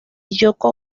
yoko